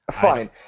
Fine